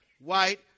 white